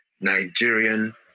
Nigerian